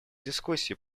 дискуссий